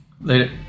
Later